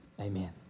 Amen